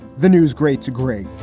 the news greats are great